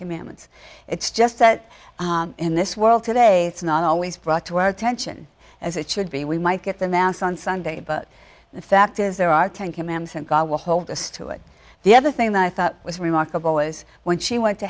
commandments it's just that in this world today it's not always brought to our attention as it should be we might get the mass on sunday but the fact is there are ten commands and god will hold us to it the other thing that i thought was remarkable was when she went to